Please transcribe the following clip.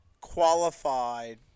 qualified